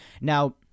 Now